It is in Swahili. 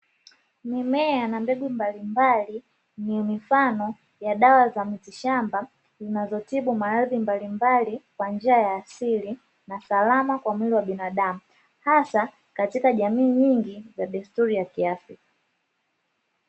Mimea na mbegu mbalimbali ni mfano ya dawa za miti shamba, zinazotibu maradhi mbalimbali kwa njia ya asili na salama kwa mwili wa binadamu. Hasa katika jamii nyingi za desturi ya kiafrika.